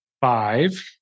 five